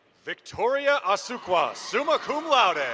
victoria asuquo, summa cum laude.